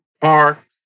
park